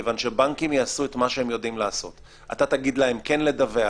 כיוון שבנקים יעשו את מה שהם יודעים לעשות אתה תגיד להם כן לדווח,